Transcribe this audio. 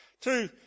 Two